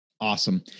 Awesome